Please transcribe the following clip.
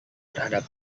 terhadap